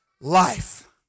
life